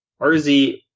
RZ